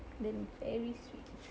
damn very sweet